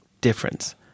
difference